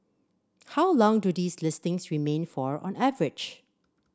how long do these listings remain for on average